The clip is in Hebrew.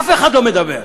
אף אחד לא מדבר.